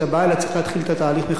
אלא צריך להתחיל את התהליך מחדש.